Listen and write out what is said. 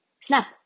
Snap